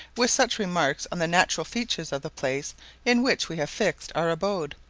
with such remarks on the natural features of the place in which we have fixed our abode,